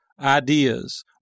ideas